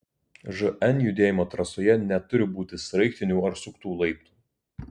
žn judėjimo trasoje neturi būti sraigtinių ar suktų laiptų